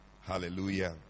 Hallelujah